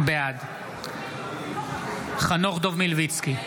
בעד חנוך דב מלביצקי,